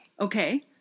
Okay